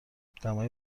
دمای